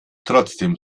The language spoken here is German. trotzdem